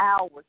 hours